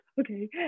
okay